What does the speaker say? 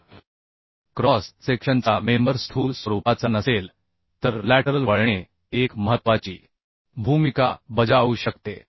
जर क्रॉस सेक्शनचा मेंबर स्थूल स्वरूपाचा नसेल तर लॅटरल वळणे एक महत्त्वाची भूमिका बजावू शकते